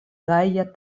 gaja